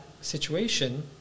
situation